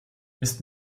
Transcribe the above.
ist